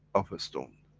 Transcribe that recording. of a stone.